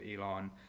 elon